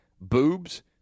Boobs